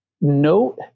Note